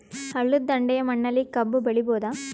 ಹಳ್ಳದ ದಂಡೆಯ ಮಣ್ಣಲ್ಲಿ ಕಬ್ಬು ಬೆಳಿಬೋದ?